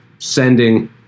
Sending